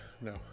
No